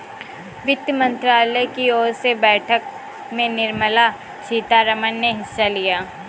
वित्त मंत्रालय की ओर से बैठक में निर्मला सीतारमन ने हिस्सा लिया